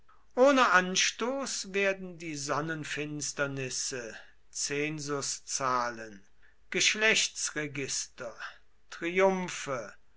ohne anstoß werden die sonnenfinsternisse zensuszahlen geschlechtsregister triumphe